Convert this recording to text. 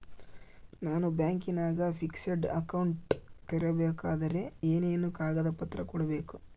ನಾನು ಬ್ಯಾಂಕಿನಾಗ fixed account ತೆರಿಬೇಕಾದರೆ ಏನೇನು ಕಾಗದ ಪತ್ರ ಕೊಡ್ಬೇಕು?